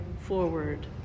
forward